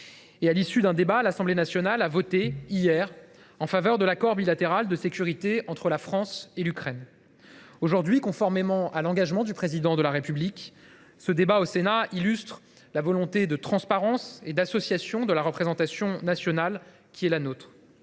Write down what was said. À l’issue d’un tel débat, l’Assemblée nationale a voté hier en faveur de l’accord bilatéral de sécurité entre la France et l’Ukraine. Aujourd’hui, conformément à l’engagement du Président de la République, ce débat au Sénat illustre notre volonté de transparence et d’association de la représentation nationale. Nous vous